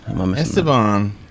esteban